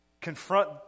confront